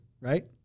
right